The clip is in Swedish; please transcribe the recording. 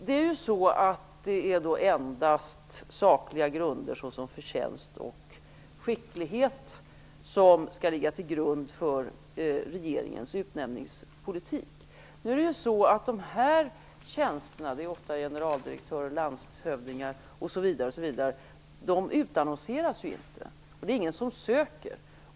Det är endast sakliga grunder såsom förtjänst och skicklighet som skall ligga till grund för regeringens utnämningspolitik. Dessa tjänster - det är ofta generaldirektörer, landshövdingar osv. - utannonseras inte. Det är ingen som söker.